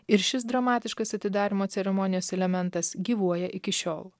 ir šis dramatiškas atidarymo ceremonijos elementas gyvuoja iki šiol